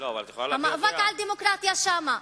המאבק על הדמוקרטיה שם.